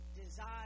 desire